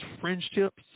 friendships